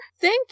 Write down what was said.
Thank